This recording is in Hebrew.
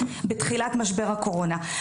בתחילת משבר הקורונה.